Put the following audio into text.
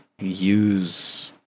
use